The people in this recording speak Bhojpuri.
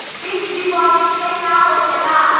फिक्स डिपाँजिट से का होखे ला?